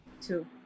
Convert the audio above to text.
Two